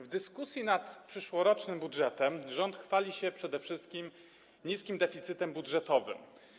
W dyskusji nad przyszłorocznym budżetem rząd chwali się przede wszystkim niskim deficytem budżetowym.